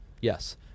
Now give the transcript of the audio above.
yes